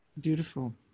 Beautiful